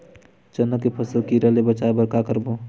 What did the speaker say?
चना के फसल कीरा ले बचाय बर का करबो?